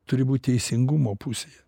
turi būt teisingumo pusėje